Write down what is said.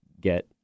get